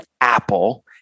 apple